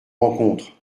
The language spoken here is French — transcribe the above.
rencontre